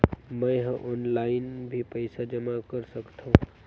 मैं ह ऑनलाइन भी पइसा जमा कर सकथौं?